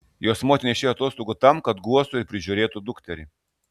jos motina išėjo atostogų tam kad guostų ir prižiūrėtų dukterį